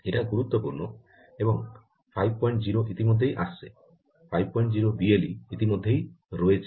এটা গুরুত্বপূর্ণ এবং 50 ইতিমধ্যে আসছে 50 বিএলই ইতিমধ্যেই রয়েছে